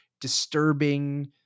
disturbing